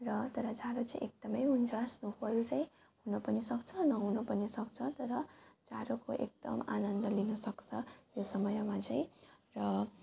र तर जाडो चाहिँ एकदम हुन्छ स्नो फल चाहिँ हुन पनि सक्छ नहुन पनि सक्छ तर जाडोको एकदम आनन्द लिनु सक्छ यो समयमा चाहिँ र